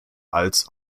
als